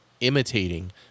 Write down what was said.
Imitating